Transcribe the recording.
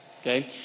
Okay